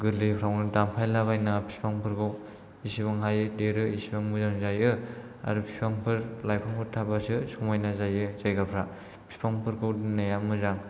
गोरलैफ्रावनो दानफायला बायनो नाङा बिफांफोरखौ इसिबां हायो देरो इसिबां मोजां जायो आरो बिफांफोर लाइफांफोर थाबासो समायना जायो जायगाफ्रा बिफांफोरखौ दोननाया मोजां